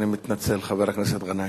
אני מתנצל, חבר הכנסת גנאים.